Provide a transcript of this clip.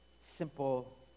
simple